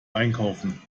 einkaufen